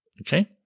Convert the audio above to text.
okay